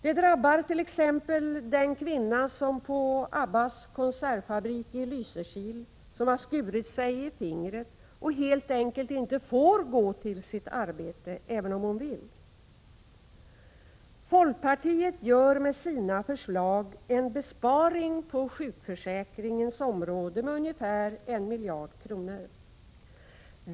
Det drabbar t.ex. den kvinna på Abbas konservfabrik i Lysekil som har skurit sig i fingret och helt enkelt inte får gå till arbetet, även om hon vill. Folkpartiet gör med sina förslag en besparing på sjukförsäkringens område med ungefär 1 miljard kronor.